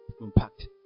impact